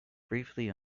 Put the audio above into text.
briefly